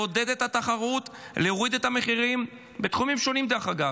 לעודד את התחרות, להוריד את המחירים, דרך אגב,